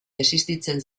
existitzen